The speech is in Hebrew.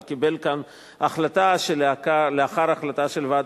אבל הוא קיבל כאן החלטה שלאחר ההחלטה של ועדת,